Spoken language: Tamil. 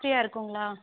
ஃப்ரீயாக இருக்குங்களா